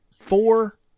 four